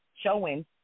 showing